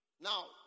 Now